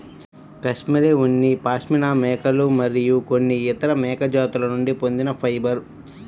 cashmere ఉన్ని పాష్మినా మేకలు మరియు కొన్ని ఇతర మేక జాతుల నుండి పొందిన ఫైబర్